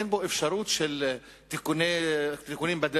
אין בו אפשרות של תיקונים בדרך,